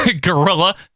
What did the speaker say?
Gorilla